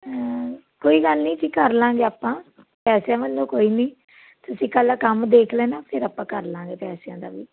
ਕੋਈ ਗੱਲ ਨੀ ਜੀ ਕਰ ਲਾਂਗੇ ਆਪਾਂ ਪੈਸਿਆਂ ਵਲੋਂ ਕੋਈ ਨੀ ਤੁਸੀਂ ਪਹਿਲਾਂ ਕੰਮ ਦੇਖ ਲੈਣਾ ਫੇਰ ਆਪਾਂ ਕਰਲਾਂਗੇ ਪੈਸਿਆਂ ਦਾ